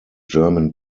german